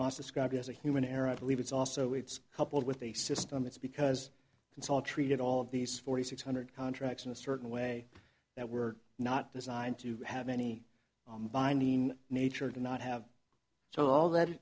must describe it as a human error i believe it's also it's coupled with a system it's because it's all treated all of these forty six hundred contracts in a certain way that were not designed to have any binding nature to not have so all that